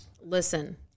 Listen